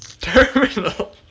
terminal